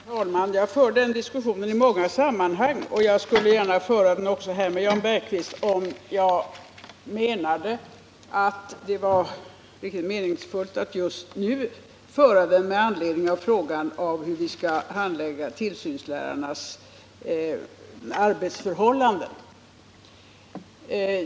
Herr talman! Jag för den diskussionen i många sammanhang, och jag skulle gärna föra den här med Jan Bergqvist, om jag ansåg att det var riktigt meningsfyllt att föra den med anledning av frågan hur vi skall handlägga tillsynslärarnas arbetsförhållanden.